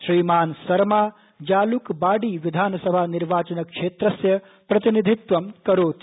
श्रीमान सरमा जाल्कबाडी विधानसभा निर्वाचन क्षेत्रस्य प्रतिनिधित्वं करोति